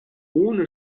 ohne